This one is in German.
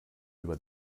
über